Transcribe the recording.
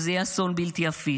וזה יהיה אסון בלתי הפיך.